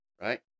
right